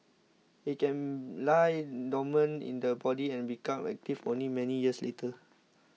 it can lie dormant in the body and become active only many years later